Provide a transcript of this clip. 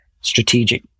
strategic